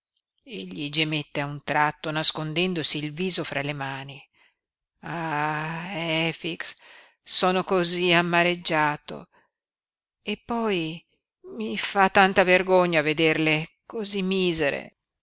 noemi è terribile egli gemette a un tratto nascondendosi il viso fra le mani ah efix sono cosí amareggiato eppoi mi fa tanta vergogna vederle cosí misere